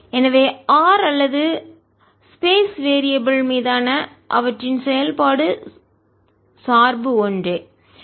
எனவே r அல்லது space variable சமதளப் பரப்பு மாறிகள் மீதான அவற்றின் செயல்பாட்டு சார்பு ஒன்றே